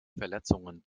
verletzungen